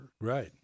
Right